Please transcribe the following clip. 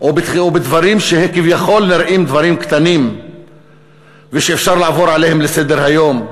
ובדברים שכביכול נראים דברים קטנים ושאפשר לעבור עליהם לסדר-היום.